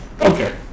Okay